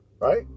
right